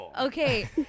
Okay